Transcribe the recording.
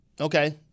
okay